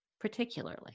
particularly